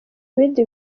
bindi